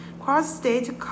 Cross-state